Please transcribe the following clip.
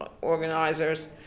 organizers